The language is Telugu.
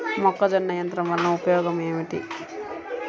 మొక్కజొన్న యంత్రం వలన ఉపయోగము ఏంటి?